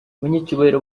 abanyacyubahiro